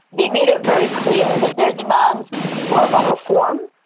they made it very clear that their demands were about reform,